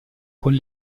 con